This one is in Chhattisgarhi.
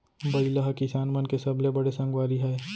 बइला ह किसान मन के सबले बड़े संगवारी हय